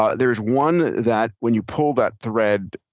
ah there's one that, when you pull that thread,